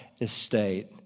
estate